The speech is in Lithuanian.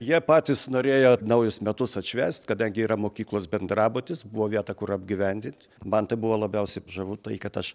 jie patys norėjo naujus metus atšvęst kadangi yra mokyklos bendrabutis buvo vieta kur apgyvendint man tai buvo labiausiai žavu tai kad aš